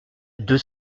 deux